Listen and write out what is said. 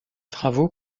travaux